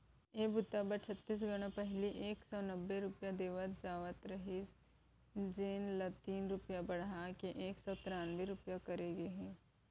ए बूता बर छत्तीसगढ़ म पहिली एक सव नब्बे रूपिया दे जावत रहिस हे जेन ल तीन रूपिया बड़हा के एक सव त्रान्बे रूपिया करे गे हे